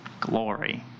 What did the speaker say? Glory